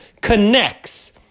connects